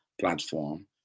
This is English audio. platform